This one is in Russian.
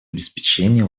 обеспечение